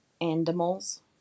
animals